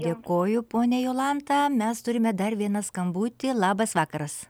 dėkoju ponia jolanta mes turime dar vieną skambutį labas vakaras